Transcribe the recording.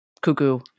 cuckoo